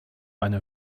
eine